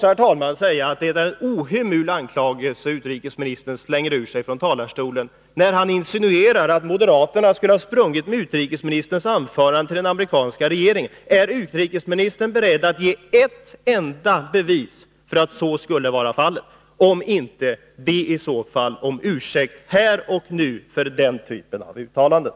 Får jag också säga att det är en ohemul anklagelse som utrikesministern slänger ur sig från talarstolen när han insinuerar att moderaterna skulle ha sprungit med utrikesministerns anförande till den amerikanska regeringen. Är utrikesministern beredd att ge ett enda bevis för att så skulle vara fallet? Om inte, be i så fall om ursäkt här och nu för den typen av uttalanden!